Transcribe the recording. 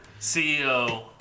CEO